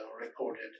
recorded